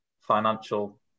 financial